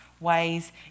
ways